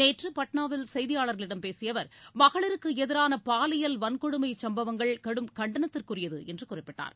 நேற்று பாட்னாவில் செய்தியாளர்களிடம் பேசிய அவர் மகளிருக்கு எதிரான பாலியல் வன்கொடுமைச் சம்பவங்கள் கடும் கண்டனத்திற்குரியது என்று குறிப்பிட்டார்